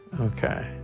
Okay